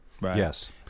yes